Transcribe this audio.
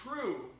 true